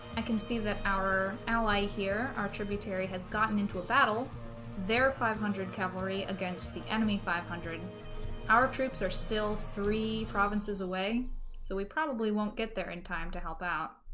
i can see that our ally here our tributary has gotten into a battle there five hundred cavalry against the enemy five hundred and our troops are still three provinces away so we probably won't get there in time to help out